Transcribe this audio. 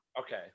okay